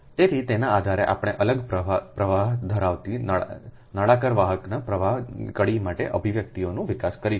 તેથી તેના આધારે આપણે અલગ પ્રવાહ ધરાવતાં નળાકાર વાહકના પ્રવાહ કડી માટે અભિવ્યક્તિઓનો વિકાસ કરીશું